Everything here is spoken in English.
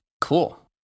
Cool